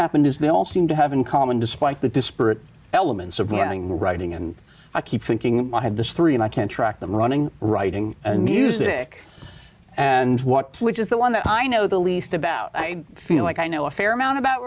happened is they all seem to have in common despite the disparate elements of learning writing and i keep thinking i have this three and i can track them running writing music and what which is the one that i know the least about i feel like i know a fair amount about